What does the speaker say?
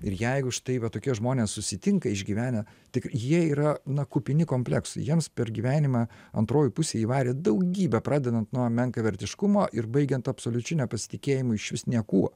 ir jeigu štai va tokie žmonės susitinka išgyvenę tik jie yra na kupini kompleksų jiems per gyvenimą antroji pusė įvarė daugybę pradedant nuo menkavertiškumo ir baigiant absoliučiu nepasitikėjimu išvis niekuo